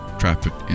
traffic